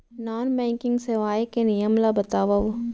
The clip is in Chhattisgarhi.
नॉन बैंकिंग सेवाएं के नियम ला बतावव?